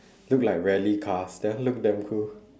look like rally cars that one look damn cool